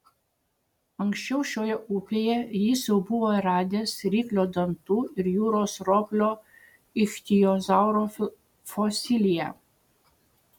anksčiau šioje upėje jis jau buvo radęs ryklio dantų ir jūros roplio ichtiozauro fosiliją